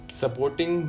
supporting